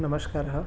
नमस्कारः